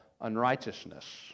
unrighteousness